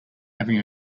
having